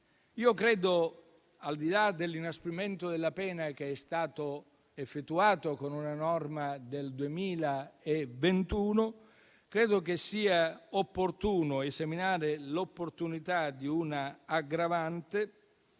dell'uomo. Al di là dell'inasprimento della pena, che è stato disposto con una norma del 2021, credo che sia giusto esaminare l'opportunità di un'aggravante